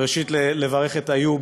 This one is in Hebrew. וראשית, לברך את איוב